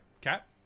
cat